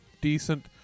Decent